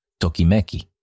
tokimeki